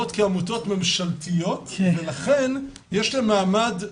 שמוכרות כעמותות ממשלתיות לכן יש להם מעמד דואלי,